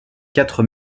quatre